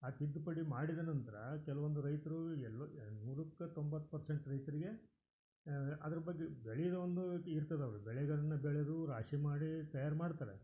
ಆ ತಿದ್ದುಪಡಿ ಮಾಡಿದ ನಂತರ ಕೆಲವೊಂದು ರೈತ್ರು ಎಲ್ಲೋ ಯ ನೂರಕ್ಕೆ ತೊಂಬತ್ತು ಪರ್ಸೆಂಟ್ ರೈತರಿಗೆ ಅದ್ರ ಬಗ್ಗೆ ಬೆಳ್ಯೋದೊಂದು ಇರ್ತದೆ ಅವರು ಬೆಳೆಗಳನ್ನು ಬೆಳೆದು ರಾಶಿ ಮಾಡಿ ತಯಾರು ಮಾಡ್ತಾರೆ